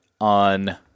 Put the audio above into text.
on